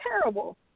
terrible